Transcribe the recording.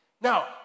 Now